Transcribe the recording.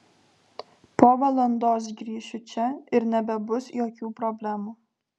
po valandos grįšiu čia ir nebebus jokių problemų